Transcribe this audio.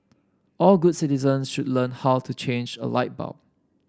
all good citizen should learn how to change a light bulb